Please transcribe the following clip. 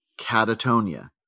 catatonia